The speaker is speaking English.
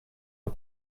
her